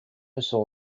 saw